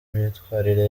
myitwarire